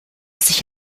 sich